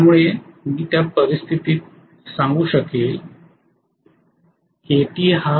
त्यामुळे मी त्या परिस्थितीत सांगू शकेल kt